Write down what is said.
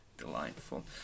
delightful